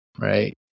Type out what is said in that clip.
right